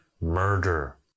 murder